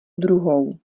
druhou